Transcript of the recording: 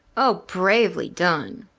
o, bravely done!